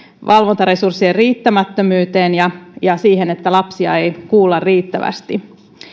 valvontaresurssien riittämättömyyteen ja ja siihen että lapsia ei kuulla riittävästi